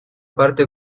parte